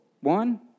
One